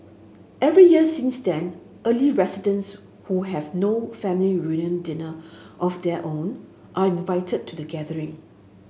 every year since then early residents who have no family reunion dinner of their own are invited to the gathering